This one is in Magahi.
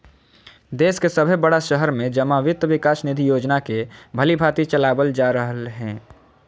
देश के सभे बड़ा शहर में जमा वित्त विकास निधि योजना के भलीभांति चलाबल जा रहले हें